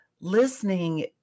listening